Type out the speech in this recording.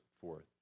forth